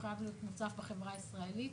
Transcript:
הוא חייב להיות מוצף בחברה הישראלית,